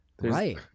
Right